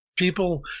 People